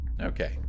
Okay